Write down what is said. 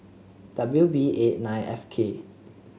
W B eight nine F K